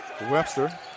Webster